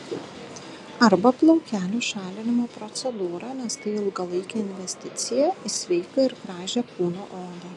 arba plaukelių šalinimo procedūrą nes tai ilgalaikė investiciją į sveiką ir gražią kūno odą